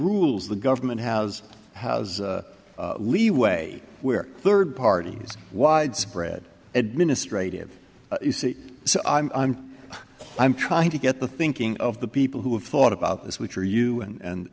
rules the government has has leeway where third parties widespread administrative you see so i'm i'm i'm trying to get the thinking of the people who have thought about this which are you and